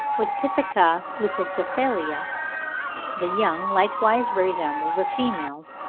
with pithecia leucocephala the young likewise resemble the females,